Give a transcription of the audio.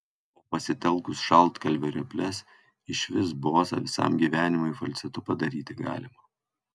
o pasitelkus šaltkalvio reples išvis bosą visam gyvenimui falcetu padaryti galima